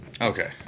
Okay